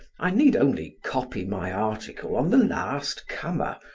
i need only copy my article on the last comer,